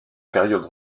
période